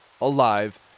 alive